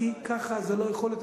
כי ככה זה לא יכול להיות.